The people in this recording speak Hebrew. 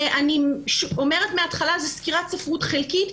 אני אומרת מהתחלה שזאת סקירת ספרות חלקית,